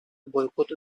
boykot